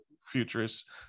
Futurist